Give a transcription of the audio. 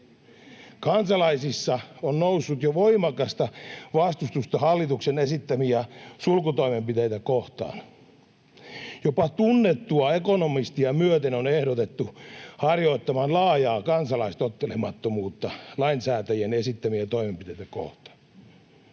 Kansalaisissa on noussut jo voimakasta vastustusta hallituksen esittämiä sulkutoimenpiteitä kohtaan, jopa tunnettua ekonomistia myöten on ehdotettu harjoittamaan laajaa kansalaistottelemattomuutta lainsäätäjien esittämiä toimenpiteitä kohtaan.